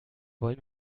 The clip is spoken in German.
wollen